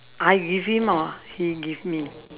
I give him or he give me